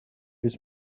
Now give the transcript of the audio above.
his